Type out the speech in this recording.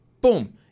boom